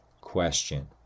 question